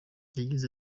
yagize